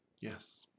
Yes